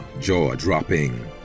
jaw-dropping